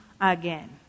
again